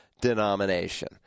denomination